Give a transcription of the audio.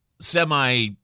semi